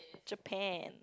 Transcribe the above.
Japan